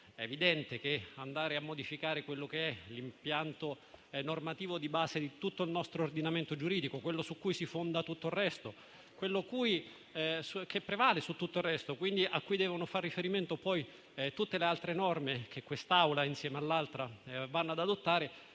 È evidente che andare a modificare l'impianto normativo di base di tutto il nostro ordinamento giuridico, quello su cui si fonda tutto il resto, che prevale su tutto il resto, a cui quindi devono far riferimento poi tutte le altre norme che questa Camera insieme all'altra vanno ad adottare,